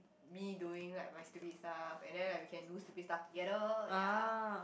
me doing like my stupid stuff and then like we can do stupid stuff together ya